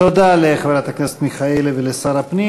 תודה לחברת הכנסת מיכאלי ולשר הפנים.